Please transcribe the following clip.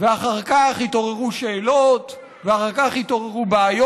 ואחר כך התעוררו שאלות ואחר כך התעוררו בעיות.